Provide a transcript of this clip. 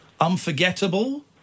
Unforgettable